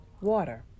water